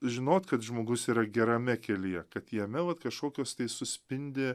žinot kad žmogus yra gerame kelyje kad jame vat kašokios tai suspindi